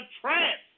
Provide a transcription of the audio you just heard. trance